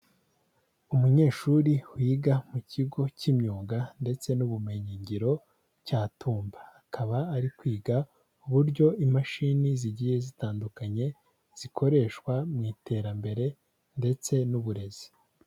Umunyeshuri wiga mu kigo cy'imyuga ndetse n'ubumenyingiro cya Tumba, akaba ari kwiga uburyo imashini zigiye zitandukanye, zikoreshwa mu iterambere ndetse n'uburezi.